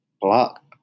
Block